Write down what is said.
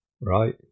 right